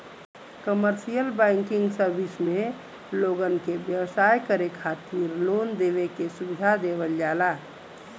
commercial banking service में लोगन के व्यवसाय करे खातिर लोन देवे के सुविधा देवल जाला